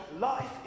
Life